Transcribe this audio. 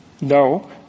No